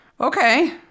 okay